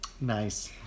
Nice